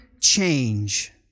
change